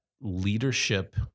leadership